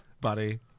buddy